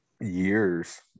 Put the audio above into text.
Years